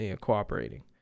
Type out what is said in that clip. cooperating